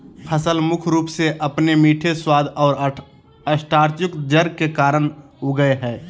फसल मुख्य रूप से अपने मीठे स्वाद और स्टार्चयुक्त जड़ के कारन उगैय हइ